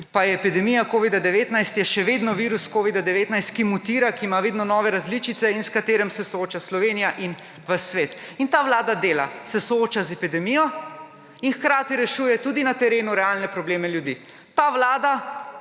pa je epidemija covida-19, je še vedno virus covida-19, ki mutira, ki ima vedno nove različice in s katerim se sooča Slovenija in ves svet. In ta vlada dela, se sooča z epidemijo in hkrati rešuje tudi na terenu realne probleme ljudi. Ta vlada